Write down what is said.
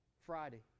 Friday